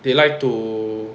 they like to